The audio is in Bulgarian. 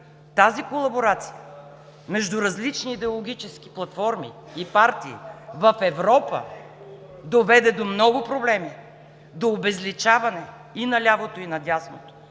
Тази колаборация между различни идеологически платформи и партии в Европа доведе до много проблеми, до обезличаване и на лявото, и на дясното.